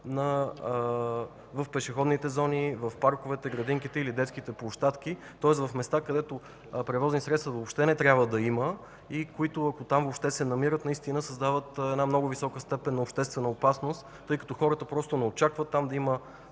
в пешеходните зони, в парковете, градинките или детските площадки. Тоест в места, където въобще не трябва да има превозни средства и, ако въобще се намират, създават една много висока степен на обществена опасност, тъй като хората просто не очакват там да има